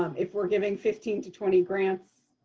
um if we're giving fifteen to twenty grants,